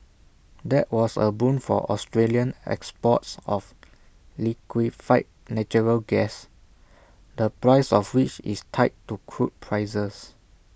that was A boon for Australian exports of liquefied natural gas the price of which is tied to crude prices